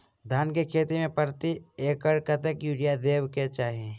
धान केँ खेती मे प्रति एकड़ कतेक यूरिया देब केँ चाहि?